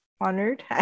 honored